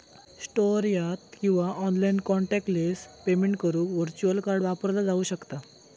store यात किंवा online contactless payment करुक व्हर्च्युअल कार्ड वापरला जाऊ शकता